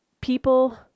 people